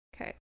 okay